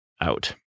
out